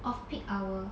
off peak hour